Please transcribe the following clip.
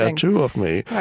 and two of me.